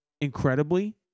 incredibly